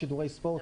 שידורי הספורט,